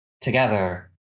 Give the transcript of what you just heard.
together